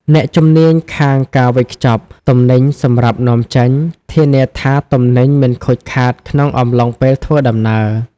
អ្នកជំនាញខាងការវេចខ្ចប់ទំនិញសម្រាប់នាំចេញ ធានាថាទំនិញមិនខូចខាតក្នុងអំឡុងពេលធ្វើដំណើរ។